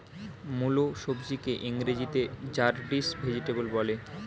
মুলো সবজিকে ইংরেজিতে র্যাডিশ ভেজিটেবল বলা হয়